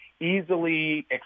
easily